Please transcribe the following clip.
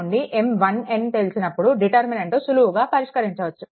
నుండి M1n తెలిసినప్పుడు determinant సులువుగా పరిష్కరించవచ్చు